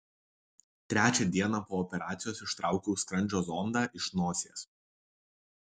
trečią dieną po operacijos ištraukiau skrandžio zondą iš nosies